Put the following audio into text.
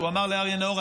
הוא אמר לאריה נאור: